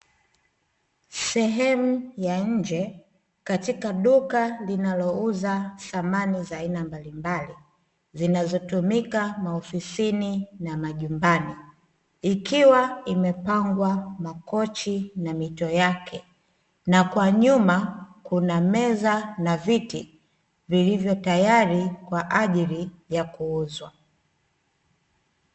Sehemu ya nje katika duka linalouza samani za aina mbalimbali, zinazotumika maofisini na majumbani, ikiwa imepangwa makochi na mito yake, na kwa nyuma kuna meza na viti vilivyo tayari kwa ajili ya kuuzwa.